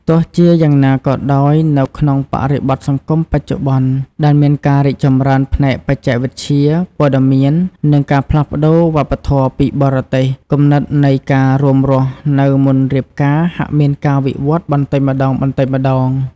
ទោះជាយ៉ាងណាក៏ដោយ នៅក្នុងបរិបទសង្គមបច្ចុប្បន្នដែលមានការរីកចម្រើនផ្នែកបច្ចេកវិទ្យា ព័ត៌មាន និងការផ្លាស់ប្តូរវប្បធម៌ពីបរទេស គំនិតនៃការរួមរស់នៅមុនរៀបការហាក់មានការវិវត្តបន្តិចម្ដងៗ។